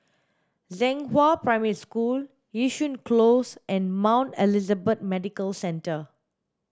Zhenghua Primary School Yishun Close and Mount Elizabeth Medical Centre